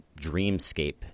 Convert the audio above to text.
dreamscape